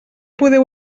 podeu